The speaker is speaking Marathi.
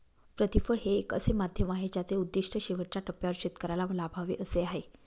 प्रतिफळ हे एक असे माध्यम आहे ज्याचे उद्दिष्ट शेवटच्या टप्प्यावर शेतकऱ्याला लाभावे असे आहे